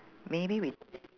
maybe we